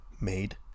Made